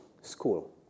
school